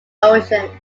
ocean